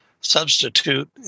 substitute